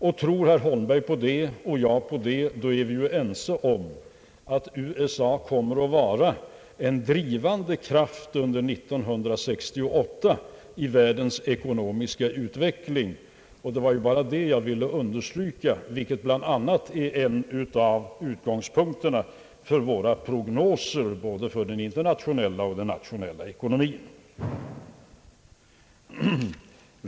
Och tror både herr Holmberg och jag på det, då är vi ju ense om att USA under 1968 kommer att vara en drivande kraft i världens ekonomiska utveckling. Det var bara detta jag ville understryka — och det är en av utgångspunkterna i våra prognoser för både den internationella och den nationella ekonomin.